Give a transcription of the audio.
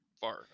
far